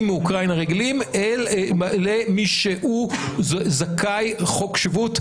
מאוקראינה רגילים למי שהוא זכאי חוק שבות,